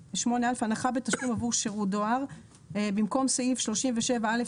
הנחה בתשלום עבור שירות דואר 8א במקום סעיף 37א1